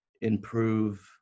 improve